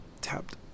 tapped